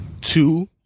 two